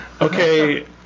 okay